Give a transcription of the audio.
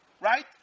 right